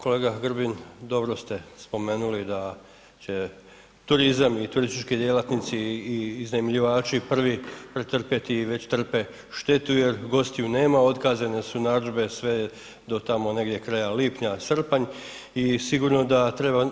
Kolega Grbin, dobro ste spomenuli da će turizam i turistički djelatnici i iznajmljivači prvi pretrpjeti i već trpe štetu jer gostiju nema, otkazane su narudžbe sve do tamo negdje kraja lipnja, srpanj i sigurno da treba